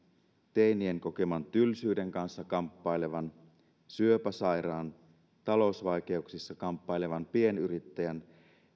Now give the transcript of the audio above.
teinien kokeman tylsyyden kanssa kamppailevan syöpäsairaan talousvaikeuksissa kamppailevan pienyrittäjän